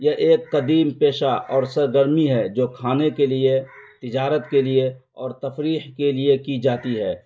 یہ ایک قدیم پیشہ اور سرگرمی ہے جو کھانے کے لیے تجارت کے لیے اور تفریح کے لیے کی جاتی ہے